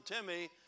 Timmy